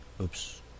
Oops